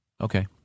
Okay